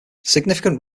significant